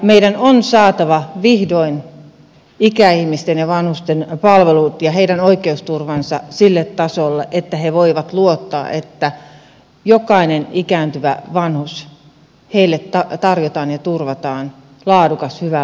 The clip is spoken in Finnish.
meidän on saatava vihdoin ikäihmisten ja vanhusten palvelut ja heidän oikeusturvansa sille tasolle että he voivat luottaa että jokaiselle ikääntyvälle vanhukselle tarjotaan ja turvataan laadukas hyvä vanhuus